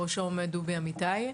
בראשו עומד דובי אמיתי.